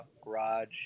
garage